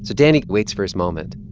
danny waits for his moment,